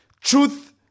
Truth